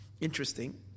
Interesting